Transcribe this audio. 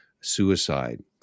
suicide